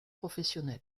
professionnel